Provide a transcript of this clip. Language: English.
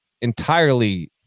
entirely